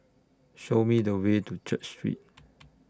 Show Me The Way to Church Street